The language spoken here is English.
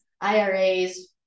IRAs